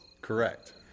Correct